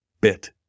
bit